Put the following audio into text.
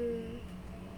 mm